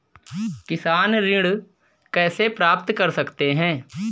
किसान ऋण कैसे प्राप्त कर सकते हैं?